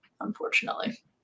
unfortunately